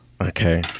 Okay